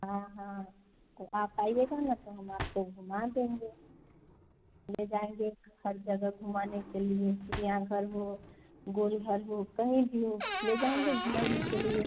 हाँ हाँ तो आप आइएगा ना तो हम आपको घुमा देंगे ले जाएँगे हर जगह घुमाने के लिए चिरियाघर हो गोल घर हो कहीं भी हो ले जाएँगे घुमाने के लिए